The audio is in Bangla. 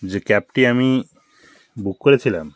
যে ক্যাবটি আমি বুক করেছিলাম